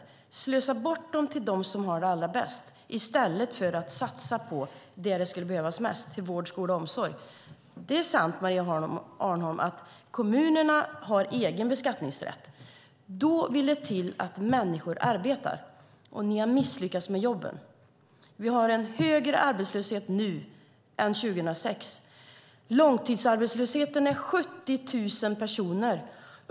Ni slösar bort dem till dem som har det allra bäst i stället för att satsa där det behövs mest, på vård, skola och omsorg. Det är sant att kommunerna har egen beskattningsrätt, men då vill det till att människor arbetar. Ni har misslyckats med jobben. Vi har en högre arbetslöshet nu än 2006. 70 000 personer är långtidsarbetslösa.